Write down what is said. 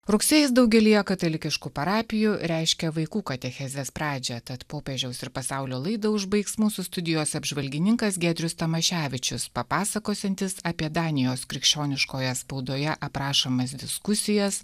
rugsėjis daugelyje katalikiškų parapijų reiškia vaikų katechezės pradžią tad popiežiaus ir pasaulio laidą užbaigs mūsų studijos apžvalgininkas giedrius tamaševičius papasakosiantis apie danijos krikščioniškoje spaudoje aprašomas diskusijas